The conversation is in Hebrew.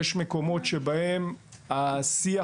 יש מקומות שבהם השיח,